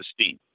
esteem